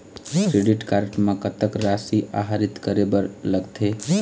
Credit card म कतक राशि आहरित करे बर लगथे?